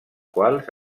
quals